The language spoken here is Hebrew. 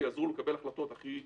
שיעזרו לו לקבל את ההחלטות הכי נכונות.